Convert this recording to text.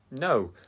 No